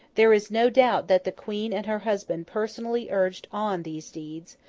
there is no doubt that the queen and her husband personally urged on these deeds,